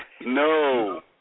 No